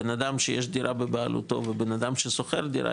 בנאדם שיש דירה בבעלותו ובנאדם ששוכר דירה,